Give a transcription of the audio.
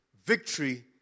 victory